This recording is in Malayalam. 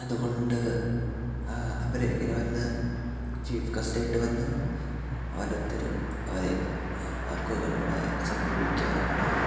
അത്കൊണ്ട് അവര് ഇങ്ങനെ വന്ന് ചീഫ് ഗസ്റ്റായിട്ട് വന്ന് ഓരോരുത്തരും അവരെ സമീപിക്കാറുണ്ട്